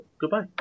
goodbye